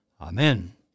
Amen